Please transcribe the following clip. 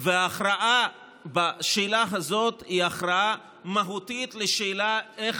וההכרעה בשאלה הזאת היא הכרעה מהותית בשאלה איך